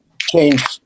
change